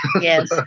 Yes